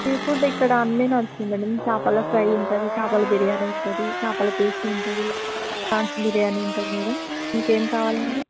see food ఇక్కడ అన్ని నడుస్తాయి మేడం చేపల ఫ్రై ఉంటుంది చేపల బిర్యానీ ఉంటుంది చేపల పులుసు ఉంటుంది ప్రాన్స్ బిర్యానీ ఉంటుంది మేడం మీకు ఏమి కావాలండి